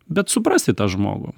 bet suprasti tą žmogų